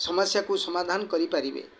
ସମାସ୍ୟାକୁ ସମାଧାନ କରିପାରିବେ